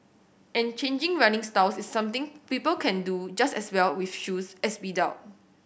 and changing running styles is something people can do just as well with shoes as without